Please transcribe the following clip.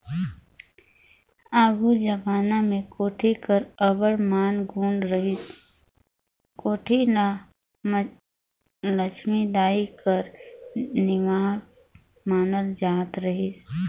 आघु जबाना मे कोठी कर अब्बड़ मान गुन रहत रहिस, कोठी ल लछमी दाई कर निबास मानल जात रहिस